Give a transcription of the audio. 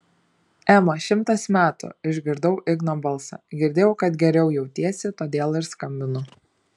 ema šimtas metų išgirdau igno balsą girdėjau kad geriau jautiesi todėl ir skambinu